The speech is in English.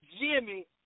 Jimmy